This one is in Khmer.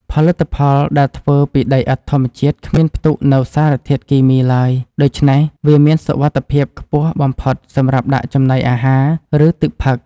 ផលិតផលដែលធ្វើពីដីឥដ្ឋធម្មជាតិគ្មានផ្ទុកនូវសារធាតុគីមីឡើយ ដូច្នេះ វាមានសុវត្ថិភាពខ្ពស់បំផុតសម្រាប់ដាក់ចំណីអាហារ ឬ ទឹកផឹក។